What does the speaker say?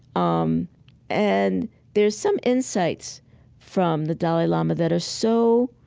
um and there's some insights from the dalai lama that are so